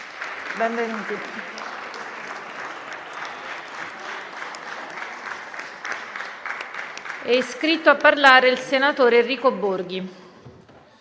Benvenuti.